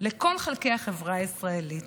לכל חלקי החברה הישראלית,